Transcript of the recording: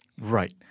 Right